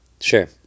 Sure